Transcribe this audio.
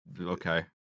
okay